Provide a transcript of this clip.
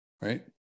Right